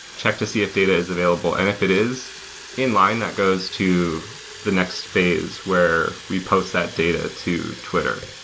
check to see if data is available. and if it is in line, that goes to the next phase where we post that data to twitter.